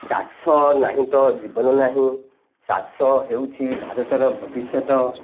ଚାଷ ନାହିଁ ତ ଜୀବନ ନାହିଁ ଚାଷ ହେଉଛି ଭାରତର ଭବିଷ୍ୟତ